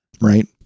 Right